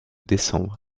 décembre